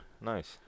Nice